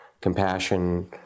compassion